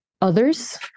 others